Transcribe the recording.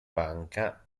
banca